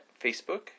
Facebook